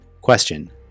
Question